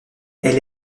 elle